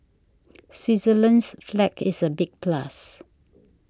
Switzerland's flag is a big plus